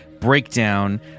breakdown